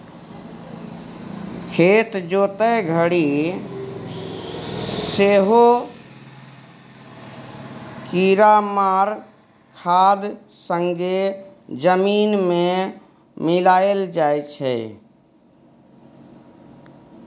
खेत जोतय घरी सेहो कीरामार खाद संगे जमीन मे मिलाएल जाइ छै